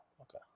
okay